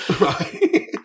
Right